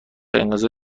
انقضا